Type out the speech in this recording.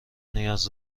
نیاز